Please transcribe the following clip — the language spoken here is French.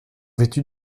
vêtus